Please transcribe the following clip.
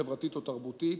חברתית או תרבותית,